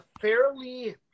fairly